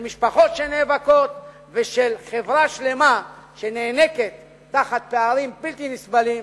של משפחות שנאבקות ושל חברה שלמה שנאנקת תחת פערים בלתי נסבלים